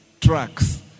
trucks